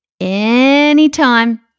anytime